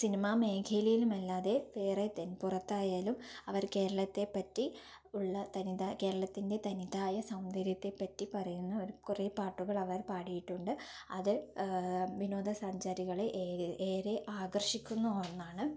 cinema മേഖലയിലും അല്ലാതെ വേറെ ത പുറത്തായാലും അവർ കേരളത്തെ പറ്റി ഉള്ള തനിത കേരളത്തിൻ്റെ തനിതായ സൗന്ദര്യത്തെ പറ്റി പറയുന്ന കുറേ പാട്ടുകൾ അവർ പാടിയിട്ടുണ്ട് അത് വിനോദസഞ്ചാരികളെ ഏറെ ആകർഷിക്കുന്ന ഒന്നാണ്